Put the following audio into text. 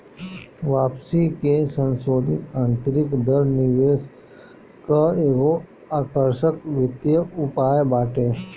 वापसी के संसोधित आतंरिक दर निवेश कअ एगो आकर्षक वित्तीय उपाय बाटे